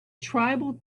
tribal